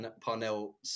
Parnell